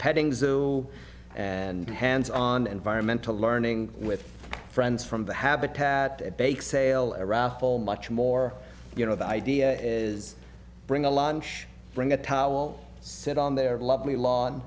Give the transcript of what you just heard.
petting zoo and hands on environmentalists learning with friends from the habitat at bake sale irascible much more you know the idea is bring a lot bring a towel sit on their lovely law